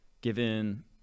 Given